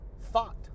thought